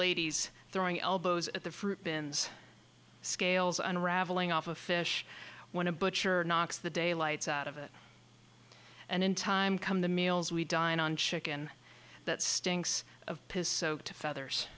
ladies throwing elbows at the bins scales unraveling off a fish when a butcher knocks the daylights out of it and in time come the meals we dine on chicken that stinks of piss to feathers